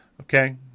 Okay